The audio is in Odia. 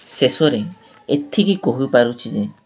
ଶେଷରେ ଏତିକି କହିପାରୁଛିି ଯେ